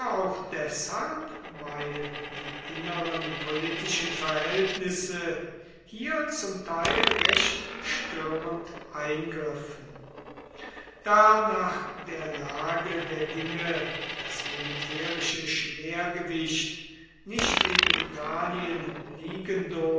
auch deshalb weil die inneren politischen verhältnisse hier zum teil recht störend eingriffen da nach der lage der dinge das militärische schwergewicht nicht in italien liegen durfte